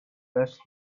best